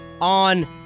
on